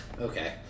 okay